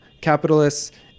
capitalists